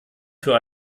für